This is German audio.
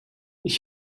ich